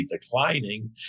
declining